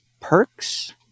Perks